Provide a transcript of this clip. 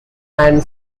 and